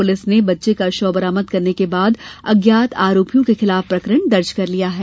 police ने बच्चे का शव बरामद करने के बाद अज्ञात आरोपियों के खिलाफ प्रकरण दर्ज कर लिया है